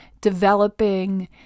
developing